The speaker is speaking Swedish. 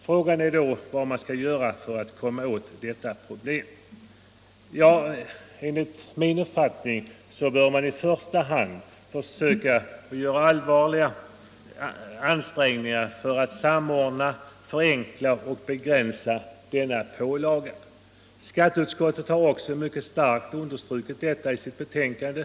Frågan är då: Vad skall man göra för att lösa detta problem? Ja, enligt min mening bör man i första hand göra allvarliga ansträngningar att samordna och förenkla arbetet och därmed begränsa denna pålaga. Skatteutskottet har också mycket starkt understrukit detta i sitt betänkande.